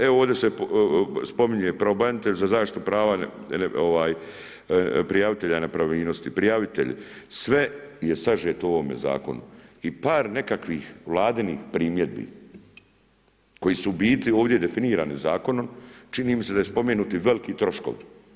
Evo ovdje se spominje pravobranitelj za zaštitu prijavitelja nepravilnosti, sve je sažeto u ovome zakonu i par nekakvih Vladinih primjedbi koje su u biti ovdje definirane zakonom, čini mi se da su spomenuti veliki troškovi.